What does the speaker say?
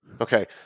Okay